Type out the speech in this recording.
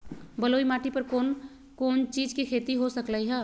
बलुई माटी पर कोन कोन चीज के खेती हो सकलई ह?